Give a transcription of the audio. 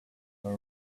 her